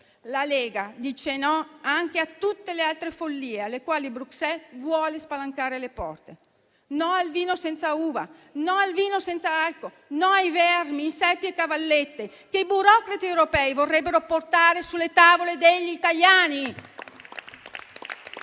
La Lega dice di no anche a tutte le altre follie alle quali Bruxelles vuole spalancare le porte: no al vino senza uva; no al vino senza alcol; no a vermi, insetti e cavallette, che i burocrati europei vorrebbero portare sulle tavole degli italiani.